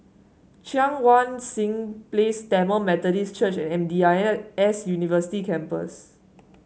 Cheang Wan Seng Place Tamil Methodist Church M D I S University Campus